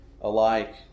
alike